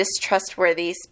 distrustworthy